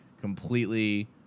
completely